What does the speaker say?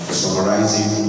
summarizing